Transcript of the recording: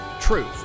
Truth